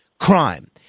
crime